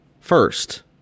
first